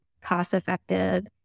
cost-effective